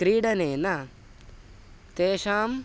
क्रीडनेन तेषाम्